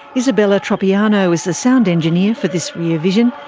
isabella tropiano is the sound engineer for this rear vision.